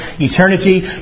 eternity